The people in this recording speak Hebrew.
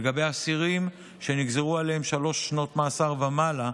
לגבי אסירים שנגזרו עליהם שלוש שנות מאסר ומעלה,